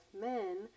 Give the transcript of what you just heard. men